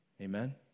Amen